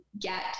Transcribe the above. get